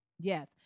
yes